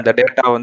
data